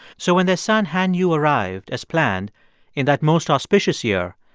so when their son han yu arrived as planned in that most auspicious year,